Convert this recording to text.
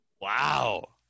Wow